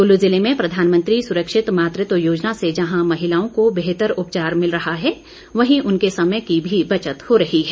कुल्लू ज़िले में प्रधानमंत्री सुरक्षित मातृत्व योजना से जहां महिलाओं को बेहतर उपचार मिल रहा है वहीं उनके समय की भी बचत हो रही है